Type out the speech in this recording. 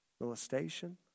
molestation